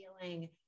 feeling